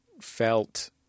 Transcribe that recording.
felt